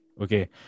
Okay